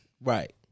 right